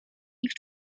ich